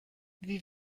wie